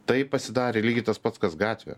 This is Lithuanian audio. tai pasidarė lygiai tas pats kas gatvė